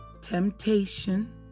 temptation